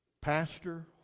Pastor